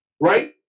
right